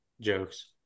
jokes